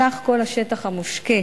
סך כל השטח המושקה